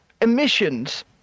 emissions